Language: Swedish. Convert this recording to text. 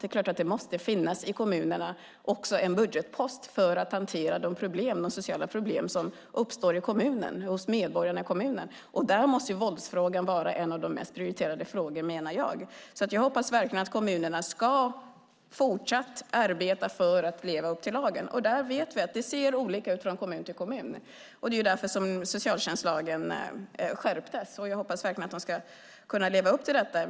Det är klart att det måste finnas en budgetpost i kommunerna för att hantera de sociala problem som uppstår hos medborgarna i kommunen. Där måste våldsfrågan vara en av de mest prioriterade frågorna menar jag. Jag hoppas verkligen att kommunerna fortsatt ska arbeta för att leva upp till lagen. Vi vet att det ser olika ut från kommun till kommun, och just därför skärptes socialtjänstlagen. Jag hoppas nu att de ska kunna leva upp till den.